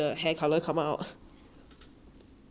so I just never go to the pool